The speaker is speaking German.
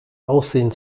aussehen